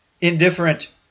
indifferent